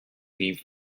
leave